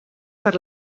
per